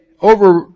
over